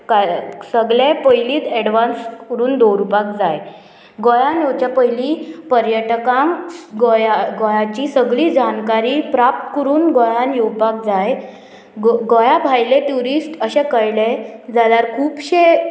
कांय सगळे पयलीच एडवांस करून दवरुपाक जाय गोंयान येवच्या पयली पर्यटकांक गोंया गोंयाची सगळी जाणकारी प्राप्त करून गोंयान येवपाक जाय गोंया भायले ट्युरिस्ट अशें कळ्ळे जाल्यार खुबशे